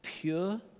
Pure